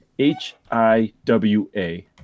H-I-W-A